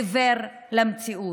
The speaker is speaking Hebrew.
עיוור למציאות.